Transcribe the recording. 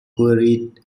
quarried